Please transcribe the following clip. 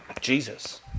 Jesus